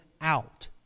out